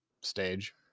stage